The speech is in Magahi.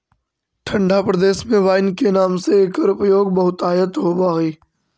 ठण्ढा प्रदेश में वाइन के नाम से एकर उपयोग बहुतायत होवऽ हइ